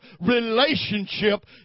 relationship